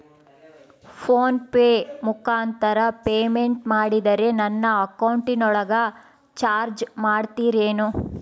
Phone pay ಮುಖಾಂತರ payment ಮಾಡಿದರೆ ನನ್ನ ಅಕೌಂಟಿನೊಳಗ ಚಾರ್ಜ್ ಮಾಡ್ತಿರೇನು?